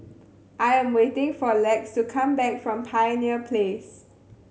I am waiting for Lex to come back from Pioneer Place